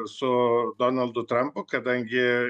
su donaldu trampu kadangi